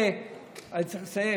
אני צריך לסיים?